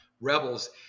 Rebels